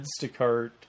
Instacart